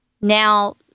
Now